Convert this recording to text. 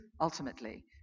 ultimately